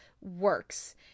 works